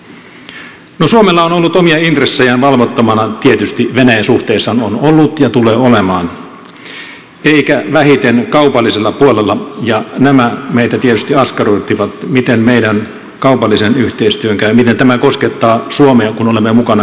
no suomella on ollut omia intressejään valvottavana tietysti venäjän suhteessaan on ollut ja tulee olemaan eikä vähiten kaupallisella puolella ja nämä meitä tietysti askarruttivat miten meidän kaupallisen yhteistyön käy miten tämä koskettaa suomea kun olemme mukana näissä pakotteissa